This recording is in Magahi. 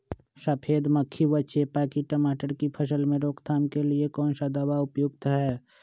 सफेद मक्खी व चेपा की टमाटर की फसल में रोकथाम के लिए कौन सा दवा उपयुक्त है?